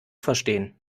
verstehen